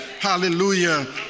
Hallelujah